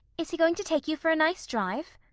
is he going to take you for a nice drive?